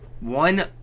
one –